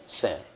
sin